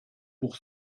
pour